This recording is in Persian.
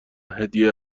هدیه